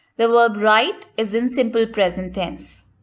the verb write is in simple present tense.